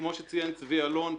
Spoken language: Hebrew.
כמו שציין צבי אלון,